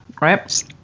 right